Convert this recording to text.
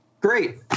great